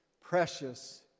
precious